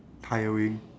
tiring